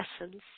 essence